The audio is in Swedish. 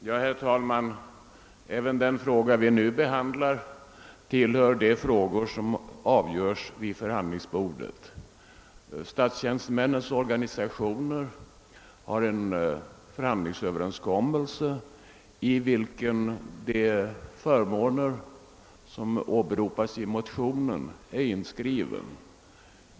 Herr talman! Även den fråga som nu behandlas tillhör dem som avgörs vid förhandlingsbordet. Statstjänstemännens organisationer har en förhandlingsöverenskommelse i vilken de förmåner som åberopas i motionen är inskrivna.